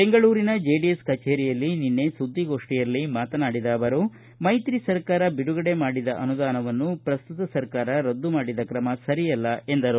ಬೆಂಗಳೂರಿನ ಜೆಡಿಎಸ್ ಕಚೇರಿಯಲ್ಲಿ ನಿನ್ನೆ ಸುದ್ದಿಗೋಷ್ಠಿಯಲ್ಲಿ ಮಾತನಾಡಿದ ಅವರು ಮೈತ್ರಿ ಸರ್ಕಾರ ಬಿಡುಗಡೆ ಮಾಡಿದ ಅನುದಾನವನ್ನು ಪ್ರಸ್ತುತ ಸರ್ಕಾರ ರದ್ದು ಮಾಡಿದ್ದ ಕ್ರಮ ಸರಿಯಲ್ಲ ಎಂದರು